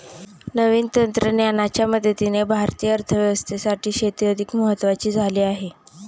नवीन तंत्रज्ञानाच्या मदतीने भारतीय अर्थव्यवस्थेसाठी शेती अधिक महत्वाची झाली आहे